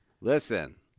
listen